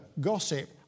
gossip